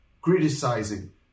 criticizing